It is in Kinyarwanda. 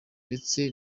ndetse